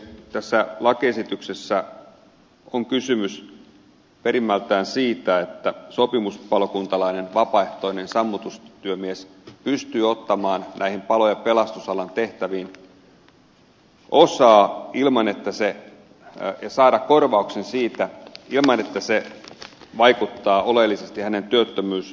tässä lakiesityksessä on kysymys perimmältään sii tä että sopimuspalokuntalainen vapaaehtoinen sammutustyömies pystyy ottamaan näihin palo ja pelastusalan tehtäviin osaa ja saa korvauksen siitä ilman että se vaikuttaa oleellisesti hänen työttömyysetuuteensa